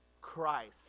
Christ